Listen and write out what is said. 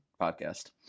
podcast